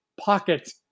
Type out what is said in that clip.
pocket